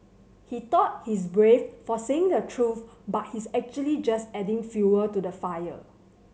he thought he's brave for saying the truth but he's actually just adding fuel to the fire